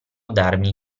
darmi